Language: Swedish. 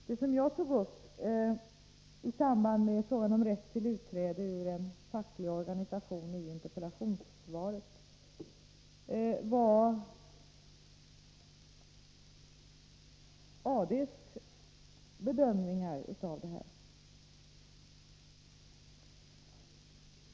Det jag anförde i interpellationssvaret om frågan om rätt till utträde ur facklig organisation var AD:s bedömningar av detta.